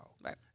Right